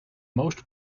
most